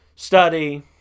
study